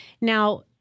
Now